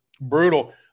brutal